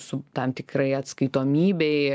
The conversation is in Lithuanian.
su tam tikrai atskaitomybei